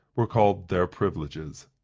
were called their privileges.